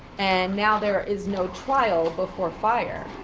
and now there is no trial before fire.